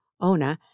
Ona